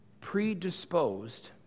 predisposed